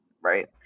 right